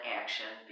action